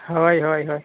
ᱦᱳᱭ ᱦᱳᱭ ᱦᱳᱭ